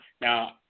Now